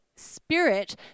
spirit